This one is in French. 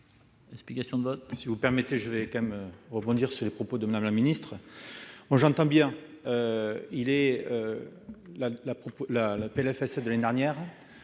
explication de vote.